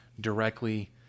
directly